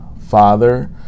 father